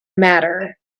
matter